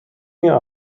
mir